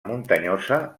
muntanyosa